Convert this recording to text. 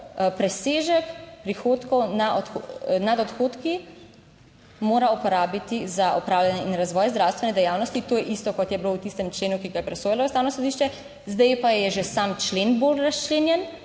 presežek prihodkov nad odhodki mora uporabiti za opravljanje in razvoj zdravstvene dejavnosti - to je isto, kot je bilo v tistem členu, ki ga je presojalo Ustavno sodišče, zdaj pa je že sam člen bolj razčlenjen